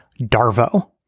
Darvo